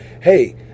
hey